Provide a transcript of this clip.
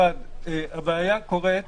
הבעיה קורית